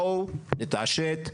בואו נתעשת,